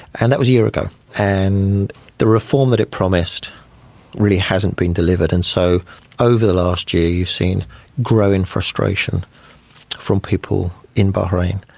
and that was a year ago and the reform that it promised really hasn't been delivered. and so over the last year you've seen growing frustration from people in bahrain.